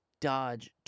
dodge